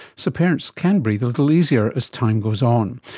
so parents can breathe a little easier as time goes on.